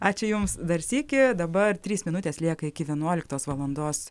ačiū jums dar sykį dabar trys minutės lieka iki vienuoliktos valandos